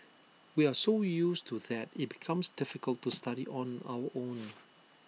we are so used to that IT becomes difficult to study on our own